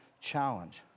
challenge